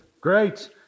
Great